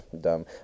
dumb